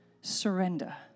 surrender